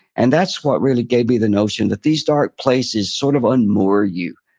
and that's what really gave me the notion that these dark places sort of unmoor you.